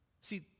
See